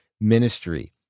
ministry